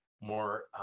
more